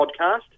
podcast